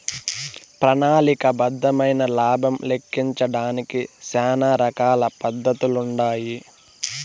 ప్రణాళిక బద్దమైన లాబం లెక్కించడానికి శానా రకాల పద్దతులుండాయి